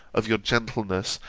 of your gentleness,